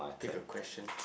pick a question